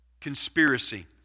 conspiracy